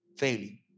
failing